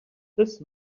this